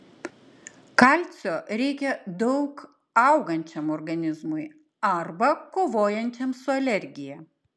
kalcio reikia daug augančiam organizmui arba kovojančiam su alergija